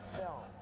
film